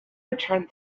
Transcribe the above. returned